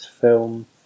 Film